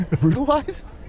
brutalized